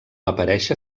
aparèixer